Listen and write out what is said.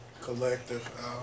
collective